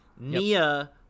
Nia